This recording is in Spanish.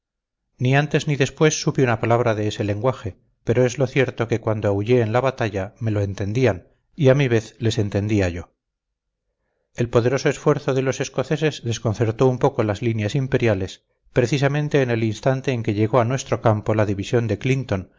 ni antes ni después supe una palabra de ese lenguaje pero es lo cierto que cuanto aullé en la batalla me lo entendían y a mi vez les entendía yo el poderoso esfuerzo de los escoceses desconcertó un poco las líneas imperiales precisamente en el instante en que llegó a nuestro campo la división de clinton